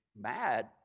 mad